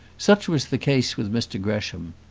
such was the case with mr gresham.